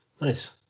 Nice